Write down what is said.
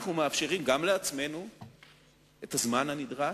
אנחנו מאפשרים גם לעצמנו את הזמן הנדרש,